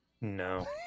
No